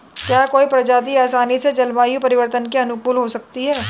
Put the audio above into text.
क्या कोई प्रजाति आसानी से जलवायु परिवर्तन के अनुकूल हो सकती है?